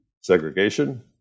segregation